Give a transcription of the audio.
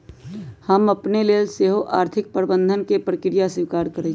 हम अपने लेल सेहो आर्थिक प्रबंधन के प्रक्रिया स्वीकारइ छी